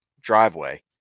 driveway